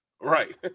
right